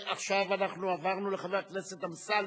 עכשיו אנחנו עברנו לחבר הכנסת אמסלם.